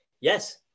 Yes